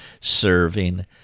serving